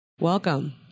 Welcome